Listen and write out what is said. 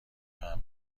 تمبر